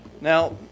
Now